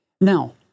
Now